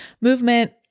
movement